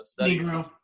Negro